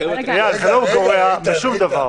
אייל, זה לא גורע משום דבר.